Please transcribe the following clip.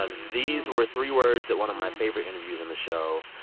ah these were three words that one of my favorite interviews in the show,